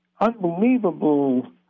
Unbelievable